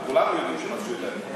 אנחנו כולנו יודעים שהם, יותר.